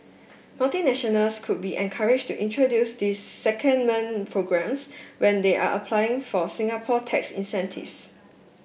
multinationals could be encouraged to introduce these secondment programmes when they are applying for Singapore tax incentives